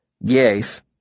Yes